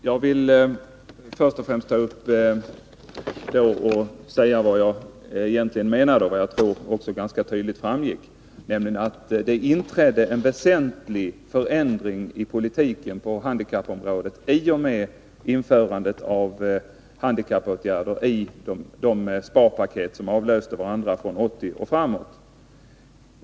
Herr talman! Jag vill först och främst närmare förklara vad jag egentligen menade och som jag tror också ganska tydligt framgick, nämligen att det inträdde en väsentlig förändring av politiken på handikappområdet i och med att handikappåtgärder kom med i de sparpaket som avlöste varandra från 1980 och framåt.